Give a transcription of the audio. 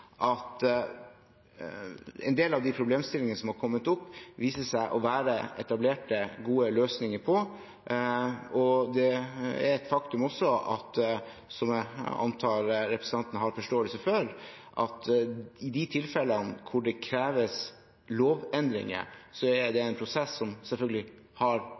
at en del av de problemstillingene som har kommet opp, viser det seg å være etablerte, gode løsninger på. Det er også et faktum, som jeg antar representanten har forståelse for, at i de tilfellene hvor det kreves lovendringer, er det en prosess som selvfølgelig har